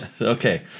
Okay